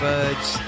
Birds